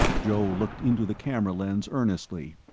joe looked into the camera lens, earnestly.